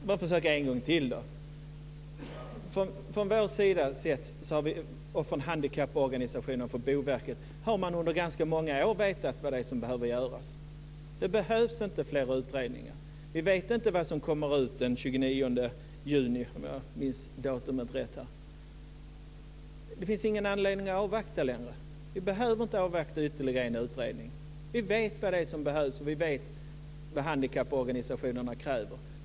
Fru talman! Jag får försöka en gång till. Från vår, handikapporganisationernas och Boverkets sida sett har man under ganska många år vetat vad det är som behöver göras. Det behövs inte fler utredningar. Vi vet inte vad som kommer ut den 29 juni - om jag minns datumet rätt. Det finns ingen anledning att avvakta längre. Vi behöver inte avvakta ytterligare en utredning. Vi vet vad det är som behövs, och vi vet vad handikapporganisationerna kräver.